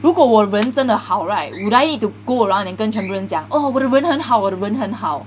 如果我人真的好 right would I need to go around and 跟全部人讲 orh 我的人很好我的人很好